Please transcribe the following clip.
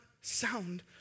sound